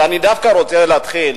אבל אני דווקא רוצה להתחיל,